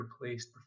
replaced